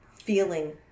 feeling